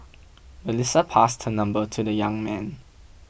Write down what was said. Melissa passed her number to the young man